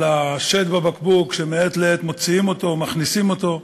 על השד בבקבוק שמעת לעת מוציאים אותו ומכניסים אותו.